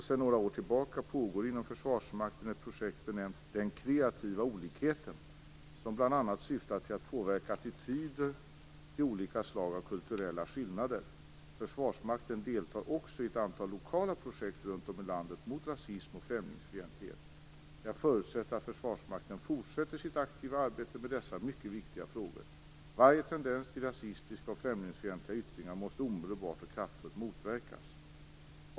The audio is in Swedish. Sedan några år tillbaka pågår inom Försvarsmakten ett projekt benämnt "Den kreativa olikheten" som bl.a. syftar till att påverka attityder till olika slag av kulturella skillnader. Försvarsmakten deltar också i ett antal lokala projekt mot rasism och främlingsfientlighet runt om i landet. Jag förutsätter att Försvarsmakten fortsätter sitt aktiva arbete med dessa mycket viktiga frågor. Varje tendens till rasistiska och främlingsfientliga yttringar måste omedelbart och kraftfullt motverkas.